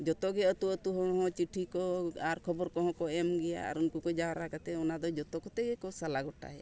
ᱡᱚᱛᱚ ᱜᱮ ᱟᱛᱳ ᱟᱛᱳ ᱦᱚᱲ ᱦᱚᱸ ᱪᱤᱴᱷᱤ ᱠᱚ ᱟᱨ ᱠᱷᱚᱵᱚᱨ ᱠᱚᱦᱚᱸ ᱠᱚ ᱮᱢᱜᱮᱭᱟ ᱟᱨ ᱩᱱᱠᱩ ᱠᱚ ᱡᱟᱣᱨᱟ ᱠᱟᱛᱮ ᱚᱱᱟ ᱫᱚ ᱡᱚᱛᱚ ᱠᱚᱛᱮ ᱜᱮᱠᱚ ᱥᱟᱞᱟ ᱜᱚᱴᱟᱭᱟ